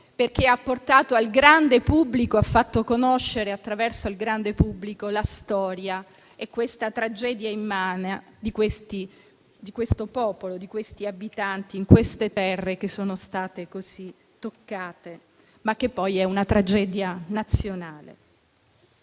perché ha portato al grande pubblico, ha fatto conoscere al grande pubblico la tragedia immane di quel popolo, di quegli abitanti, in quelle terre che sono state così toccate, ma che poi è una tragedia nazionale.